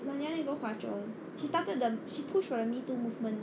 nanyang then she go hwa chong she started the she pushed for the me too movement